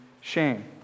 shame